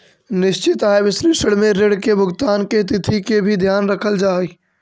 निश्चित आय विश्लेषण में ऋण के भुगतान के तिथि के भी ध्यान रखल जा हई